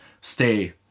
stay